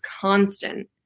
constant